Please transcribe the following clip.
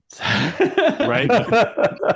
Right